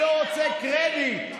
אני לא רוצה קרדיט.